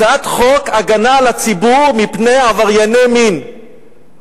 הצעת חוק הגנה על הציבור מפני עברייני מין.